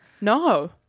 No